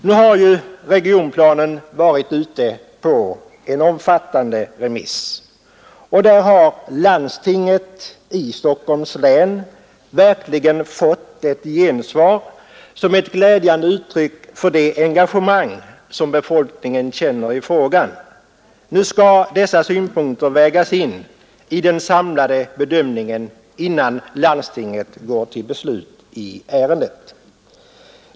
Nu har ju regionplanen varit ute på en omfattande remissbehandling. Där har landstinget verkligen fått ett gensvar som är ett glädjande uttryck för det engagemang som befolkningen känner i frågan. Nu skall dessa synpunkter vägas in i den samlade bedömningen innan landstinget går till beslut i ärendet.